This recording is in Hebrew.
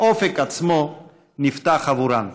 האופק עצמו נפתח עבורן.